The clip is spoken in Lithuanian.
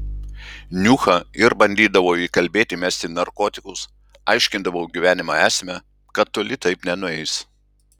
niuchą ir bandydavau įkalbėti mesti narkotikus aiškindavau gyvenimo esmę kad toli taip nenueis